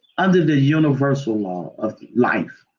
under the uuiversal law of life.